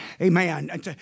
Amen